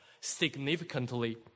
significantly